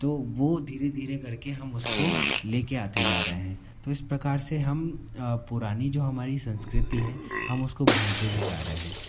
तो वो धीरे धीरे कर के हम उसको ले के आते जा रहे हैं तो इस प्रकार से हम पुरानी जो हमारी संस्कृति है हम उसको भूलते भी जा रहे हैं